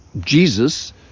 Jesus